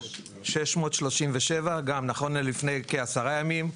3,637 ממתינים נכון ללפני כ-10 ימים.